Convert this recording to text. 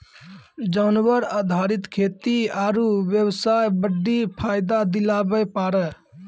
जानवर आधारित खेती आरू बेबसाय बड्डी फायदा दिलाबै पारै